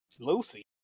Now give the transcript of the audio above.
Lucy